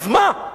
אז מה?